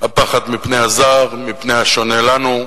הפחד מפני הזר, מפני השונה מאתנו.